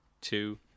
Two